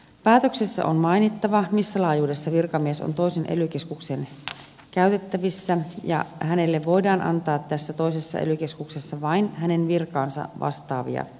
päätöksessä on mainittava missä laajuudessa virkamies on toisen ely keskuksen käytettävissä ja hänelle voidaan antaa tässä toisessa ely keskuksessa vain hänen virkaansa vastaavia tehtäviä